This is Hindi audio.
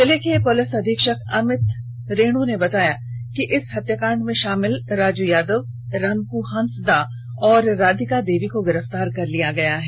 जिले के पुलिस अधीक्षक अमित रेणु ने बताया कि इस हत्याकांड में शामिल राजू यादव रामकू हांसदा और राधिका देवी को गिरफ्तार कर लिया गया है